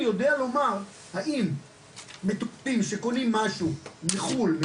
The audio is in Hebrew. יודע לומר האם מטופלים שקונים משהו מחו"ל,